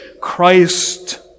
Christ